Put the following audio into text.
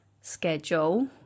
schedule